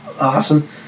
Awesome